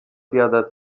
biada